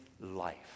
life